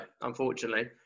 unfortunately